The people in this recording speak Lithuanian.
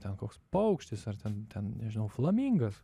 ten koks paukštis ar ten ten nežinau flamingas